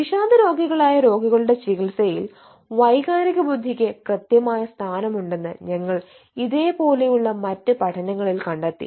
വിഷാദരോഗികളായ രോഗികളുടെ ചികിത്സയിൽ വൈകാരിക ബുദ്ധിക്ക് കൃത്യമായ സ്ഥാനം ഉണ്ടെന്ന് ഞങ്ങൾ ഇതേപോലെയുള്ള മറ്റ് പഠനങ്ങളിൽ കണ്ടെത്തി